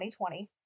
2020